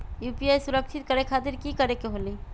UPI सुरक्षित करे खातिर कि करे के होलि?